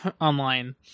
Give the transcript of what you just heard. online